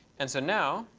and so now,